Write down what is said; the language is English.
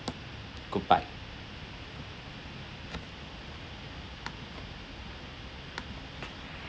goodbye